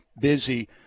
busy